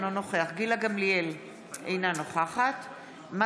אינו נוכח גילה גמליאל,